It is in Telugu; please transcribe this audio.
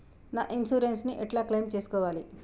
నా ఇన్సూరెన్స్ ని ఎట్ల క్లెయిమ్ చేస్కోవాలి?